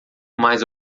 mais